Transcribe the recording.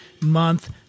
month